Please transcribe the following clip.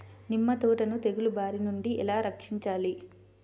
నిమ్మ తోటను తెగులు బారి నుండి ఎలా రక్షించాలి?